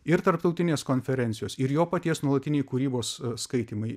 ir tarptautinės konferencijos ir jo paties nuolatiniai kūrybos skaitymai